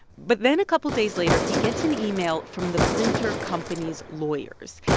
but then a couple days later, he gets an email from the printer company's lawyers.